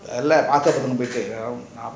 தெரில:terila